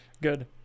Good